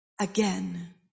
Again